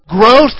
growth